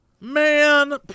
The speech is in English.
Man